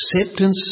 Acceptance